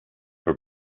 for